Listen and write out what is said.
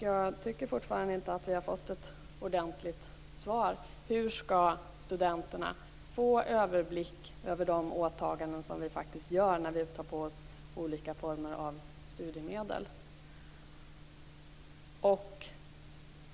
Jag tycker fortfarande inte att vi har fått ett ordentligt svar på hur studenterna skall få överblick över de åtaganden som vi faktiskt gör när vi tar på oss olika former av studiemedel.